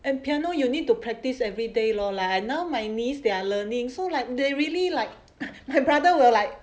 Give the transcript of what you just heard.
and piano you need to practice everyday lor I now my niece they're learning so like they really like my brother will like